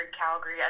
Calgary